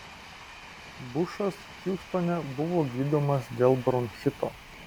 bušas hiūstone buvo gydomas dėl bronchito